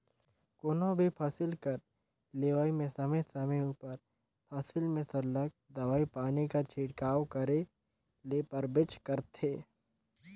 कोनो भी फसिल कर लेवई में समे समे उपर फसिल में सरलग दवई पानी कर छिड़काव करे ले परबेच करथे